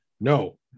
no